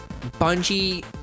Bungie